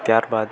ત્યારબાદ